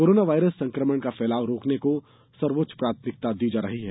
corona virus संक्रमण का फैलाव रोकने को सर्वोच्च प्राथमिकता दी जा रही है